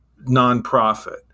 nonprofit